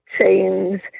change